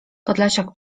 podlasiak